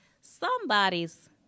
somebody's